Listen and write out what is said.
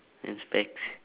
and specs